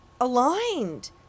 aligned